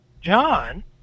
John